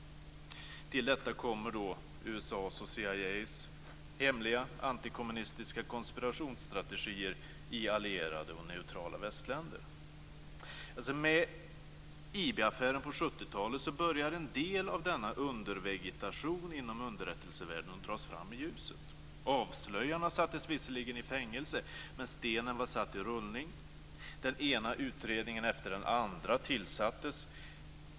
Till detta kommer då USA:s och CIA:s hemliga, antikommunistiska konspirationsstrategier i allierade och neutrala västländer. I och med IB-affären på 70-talet började en del av denna undervegetation inom underrättelsevärlden att dras fram i ljuset. Avslöjarna sattes visserligen i fängelse, men stenen var satt i rullning. Den ena utredningen efter den andra tillsattes.